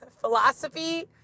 Philosophy